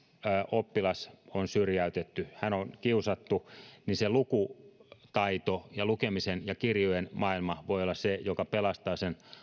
oppilas on syrjäytetty hän on kiusattu niin lukutaito ja lukemisen ja kirjojen maailma voi olla se joka pelastaa sen